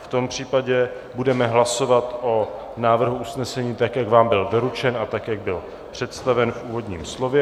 V tom případě budeme hlasovat o návrhu usnesení, tak jak vám byl doručeno a tak jak bylo představeno v úvodním slově.